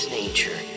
nature